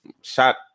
shot